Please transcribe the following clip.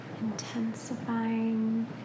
intensifying